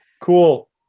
cool